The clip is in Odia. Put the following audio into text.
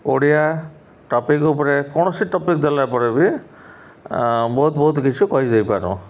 ଓଡ଼ିଆ ଟପିକ୍ ଉପରେ କୌଣସି ଟପିକ୍ ଦେଲା ପରେ ବି ବହୁତ ବହୁତ କିଛି କହିଦେଇପାରୁ